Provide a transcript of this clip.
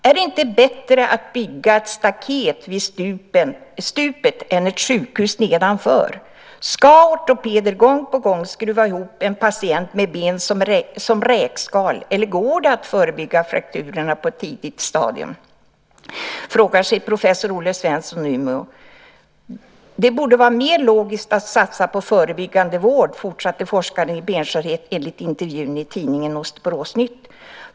"Är det inte bättre att bygga ett staket vid stupet än ett sjukhus nedanför? Ska ortopeder gång på gång skruva ihop en patient med ben som räkskal eller går det att förebygga frakturerna på ett tidigare stadium?" frågar sig professor Olle Svensson i Umeå. "Det borde vara mer logiskt att satsa på förebyggande vård" fortsatte forskaren i benskörhet enligt intervjun i tidningen Osteoporosnytt.